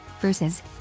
versus